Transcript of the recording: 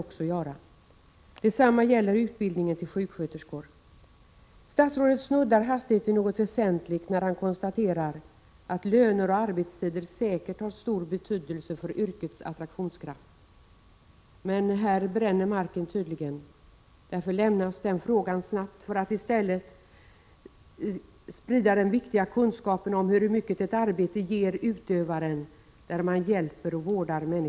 Höstens avtalsrörelse gav som resultat att vårdbiträdena i hemtjänsten fick en väsentlig förbättring som en markering av det stora ansvar som är förenat med utövandet av deras yrke.